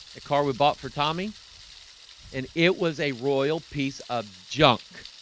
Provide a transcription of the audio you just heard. a car we bought for tommy and it was a royal piece of junk